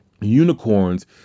unicorns